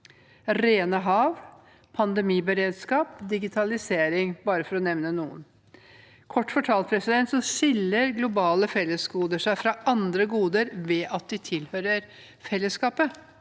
rene hav, pandemiberedskap og digitalisering, bare for å nevne noen. Kort fortalt skiller globale fellesgoder seg fra andre goder ved at de tilhører fellesskapet.